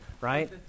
Right